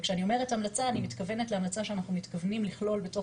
וכשאני אומרת המלצה אני מתכוונת להמלצה שאנחנו מתכוונים בתוך